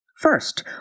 First